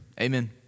Amen